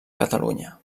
catalunya